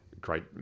Great